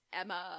Emma